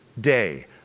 day